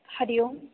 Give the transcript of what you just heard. हरिः ओम्